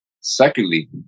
Secondly